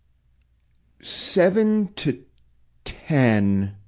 seven to ten,